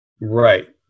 Right